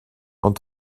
ond